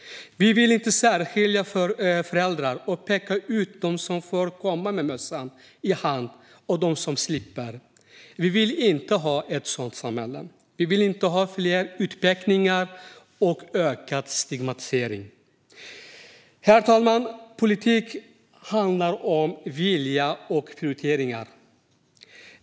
Vi vill inte särskilja föräldrar och peka ut dem som får komma med mössan i hand och dem som får slippa det. Vi vill inte ha ett sådant samhälle. Vi vill inte ha fler utpekanden eller ökad stigmatisering. Herr talman! Politik handlar om vilja och prioriteringar.